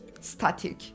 static